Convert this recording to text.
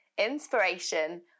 inspiration